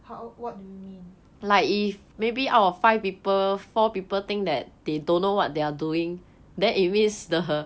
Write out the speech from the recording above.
how what do you mean